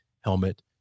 helmet